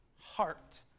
heart